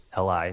LI